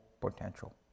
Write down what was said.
potential